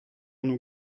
nous